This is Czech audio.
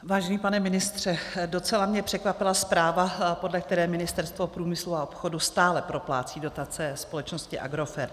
Vážený pane ministře, docela mě překvapila zpráva, podle které Ministerstvo průmyslu a obchodu stále proplácí dotace společnosti Agrofert.